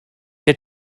der